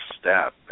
step